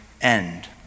end